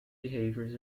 behaviors